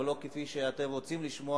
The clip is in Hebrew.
ולא כפי שאתם רוצים לשמוע,